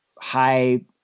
high